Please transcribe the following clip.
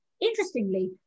Interestingly